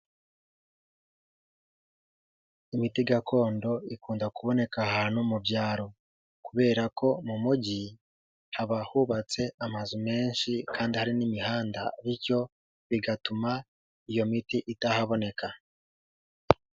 Imiti gakondo ikunda kuboneka ahantu mu byaro. Kubera ko mu mujyi, haba hubatse amazu menshi kandi hari n'imihanda bityo bigatuma iyo miti itaboneka.